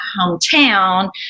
hometown